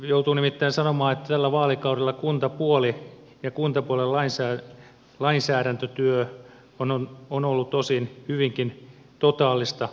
joutuu nimittäin sanomaan että tällä vaalikaudella kuntapuoli ja kuntapuolen lainsäädäntötyö on ollut osin hyvinkin totaalista waterloota